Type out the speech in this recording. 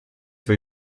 will